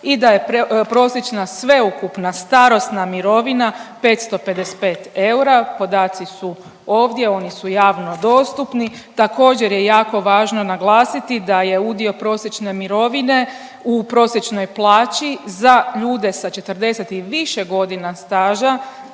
i da je prosječna sveukupna starosna mirovina 555 eura, podaci su ovdje, oni su javno dostupni. Također je jako važno naglasiti da je udio prosječne mirovine u prosječnoj plaći za ljude sa 40 i više godina staža